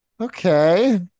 Okay